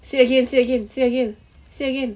say again say again say again say again